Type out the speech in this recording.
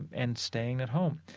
and staying at home.